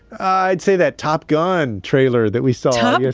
i'd say that top gun trailer that we saw. um yeah